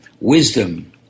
wisdom